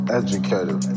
educator